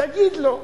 תגיד לו.